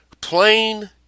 plain